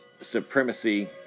supremacy